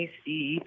see